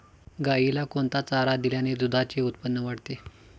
गाईला कोणता चारा दिल्याने दुधाचे उत्पन्न वाढते?